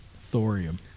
Thorium